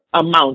amount